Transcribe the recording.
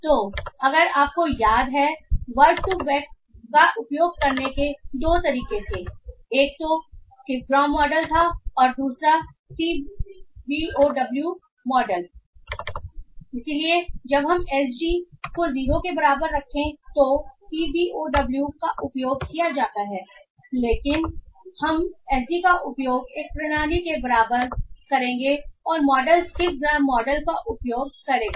तो अगर आपको याद है कि वर्ड2वेक का उ पयोग करने के 2 तरीके थे एक तो स्किप ग्राम मॉडल था और दूसरा सीबीओडब्ल्यू मॉडल था इसलिए जब हम एसजी को 0 c बराबर रखें तो cbow सीबीओडब्ल्यू का उपयोग किया जाता है लेकिन लेकिन अगर हम sg का उपयोग एक प्रणाली के बराबर करेंगे और मॉडल स्किप ग्राम मॉडल का उपयोग करेगा